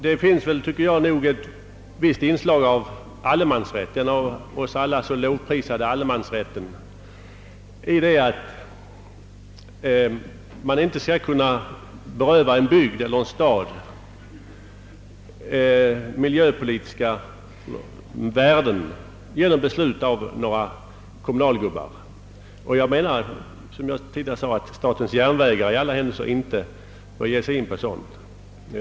Bland annat den av oss alla så lovprisade allemansrätten tycker jag borde utgöra ett hinder för att genom beslut av ett antal kommunalgubbar beröva en bygd eller en stad oersättliga miljövärden. I alla händelser bör, som jag nyss sade, statens järnvägar inte ge sig in på något sådant.